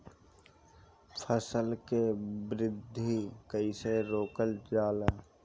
फसल के वृद्धि कइसे रोकल जाला?